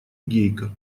гейка